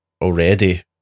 already